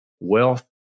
Wealth